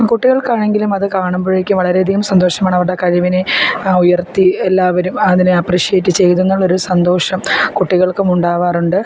കുട്ടികൾക്കാണെങ്കിലും അതു കാണുമ്പോഴേക്കും വളരെയധികം സന്തോഷമാണ് അവരുടെ കഴിവിനെ ഉയർത്തി എല്ലാവരും അതിനെ അപ്രിഷിയേറ്റ് ചെയ്തതെന്ന് ഒരു സന്തോഷം കുട്ടികൾക്കും ഉണ്ടാകാറുണ്ട്